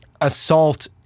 assault